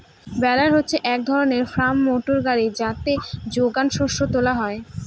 বেলার হচ্ছে এক ধরনের ফার্ম মোটর গাড়ি যাতে যোগান শস্যকে তোলা হয়